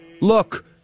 Look